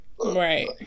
right